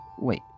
Wait